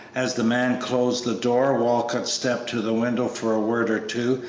as the man closed the door walcott stepped to the window for a word or two,